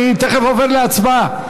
אני תכף עובר להצבעה.